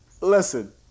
Listen